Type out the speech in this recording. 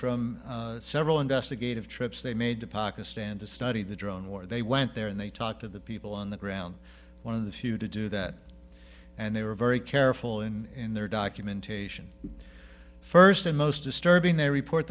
from several investigative trips they made to pakistan to study the drone war they went there and they talked to the people on the ground one of the few to do that and they were very careful in their documentation first and most disturbing their report